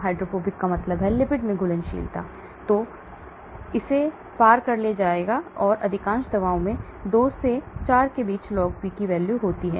hydrophobic का मतलब lipid में घुलनशील होता है और इसे पार ले जाया जाता है और अधिकांश दवाओं में 2 से 4 के बीच log P होता है